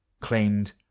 claimed